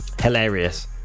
Hilarious